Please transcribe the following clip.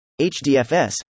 HDFS